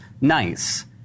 nice